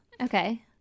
Okay